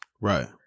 Right